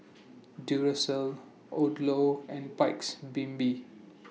Duracell Odlo and Paik's Bibim